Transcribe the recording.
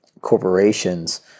corporations